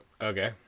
Okay